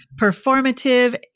performative